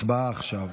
הצבעה עכשיו.